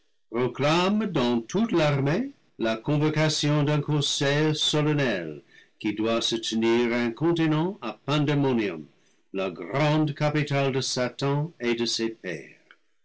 proclament dans toute l'armée la convocation d'un conseil solennel qui doit se tenir incontinent à pandaemonium la grande capitale de satan et de ses pairs